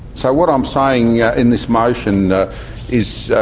so what i'm saying yeah in this motion is,